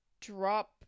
drop